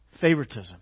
favoritism